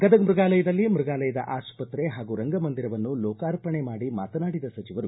ಗದಗ ಮ್ಯಗಾಲಯದಲ್ಲಿ ಮ್ಯಗಾಲಯದ ಆಸ್ಪತ್ರೆ ಹಾಗೂ ರಂಗಮಂದಿರವನ್ನು ಲೋಕಾರ್ಪಣೆ ಮಾಡಿ ಮಾತನಾಡಿದ ಸಚಿವರು